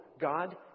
God